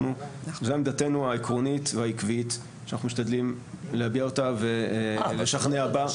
זו עמדתנו העקרונית והעקבית שאנחנו משתדלים להביע אותה ולשכנע בה.